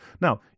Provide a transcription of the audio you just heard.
Now